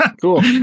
cool